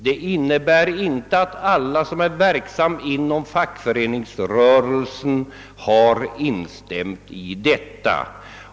Det innebär inte att alla som är verksamma inom fackföreningsrörelsen har instämt i detta beslut.